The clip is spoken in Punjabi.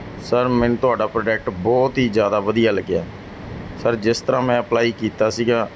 ਸਰ ਮੈਨੂੰ ਤੁਹਾਡਾ ਪ੍ਰੋਡਕਟ ਬਹੁਤ ਹੀ ਜ਼ਿਆਦਾ ਵਧੀਆ ਲੱਗਿਆ ਸਰ ਜਿਸ ਤਰ੍ਹਾਂ ਮੈਂ ਅਪਲਾਈ ਕੀਤਾ ਸੀਗਾ